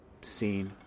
scene